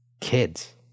Kids